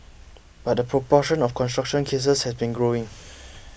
but the proportion of construction cases has been growing